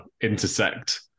intersect